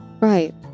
Right